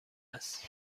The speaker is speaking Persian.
است